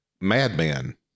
Madman